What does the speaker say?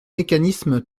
mécanisme